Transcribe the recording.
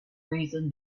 reason